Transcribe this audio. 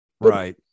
right